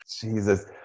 jesus